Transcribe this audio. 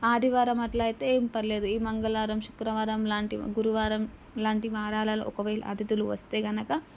ఆదివారం అట్లా అయితే ఏం పర్లేదు ఈ మంగళవారం శుక్రవారం లాంటివి గురువారం లాంటి వారాలలో ఒకవేళ అతిధులు వస్తే కనుక